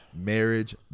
marriage